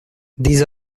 these